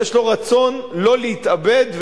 יש רצון לא להתאבד,